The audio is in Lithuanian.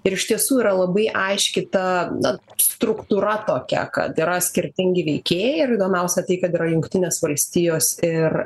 ir iš tiesų yra labai aiški ta na struktūra tokia kad yra skirtingi veikėjai ir įdomiausia tai kad yra jungtinės valstijos ir